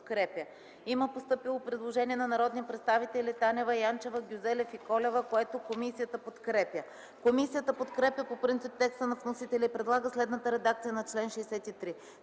Има постъпило предложение от народните представители Танева, Янчева, Гюзелев и Колева, което е подкрепено от комисията. Комисията подкрепя по принцип текста на вносителя и предлага следната редакция на чл.